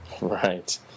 right